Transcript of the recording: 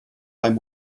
beim